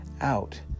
out